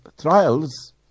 trials